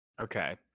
Okay